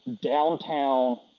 downtown